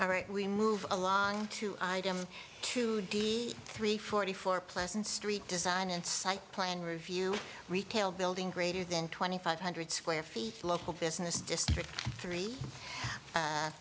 all right we move along to two d three forty four pleasant street design and site plan review retail building greater than twenty five hundred square feet local business district three a